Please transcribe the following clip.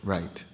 Right